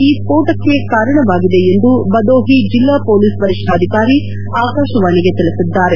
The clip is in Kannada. ಈ ಸ್ತೋಟಕ್ಕೆ ಕಾರಣವಾಗಿದೆ ಎಂದು ಬದೋಹಿ ಜಿಲ್ಲಾ ಮೊಲೀಸ್ ವರಿಷ್ಣಾಧಿಕಾರಿ ಆಕಾಶವಾಣಿಗೆ ತಿಳಿಸಿದ್ದಾರೆ